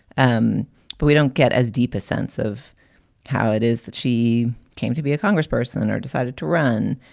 um but we don't get as deep a sense of how it is that she came to be a congressperson or decided to run.